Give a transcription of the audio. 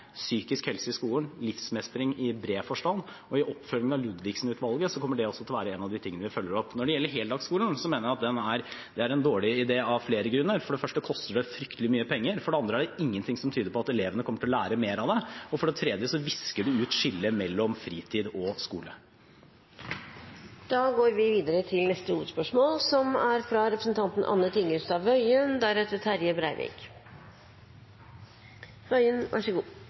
psykisk helse i skolen, livsmestring i bred forstand, og i oppfølgingen av Ludvigsen-utvalget kommer det til å være en av tingene. Når det gjelder heldagsskolen, mener jeg at det er en dårlig idé, av flere grunner. For det første koster det fryktelig mye penger. For det andre er det ingenting som tyder på at elevene kommer til å lære mer av det. Og for det tredje visker det ut skillet mellom fritid og skole. Da går vi videre til neste hovedspørsmål.